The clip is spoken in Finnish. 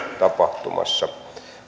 tapahtumassa